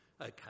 Okay